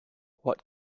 what